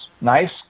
Nice